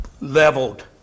leveled